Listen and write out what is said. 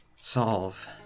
solve